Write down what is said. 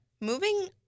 moving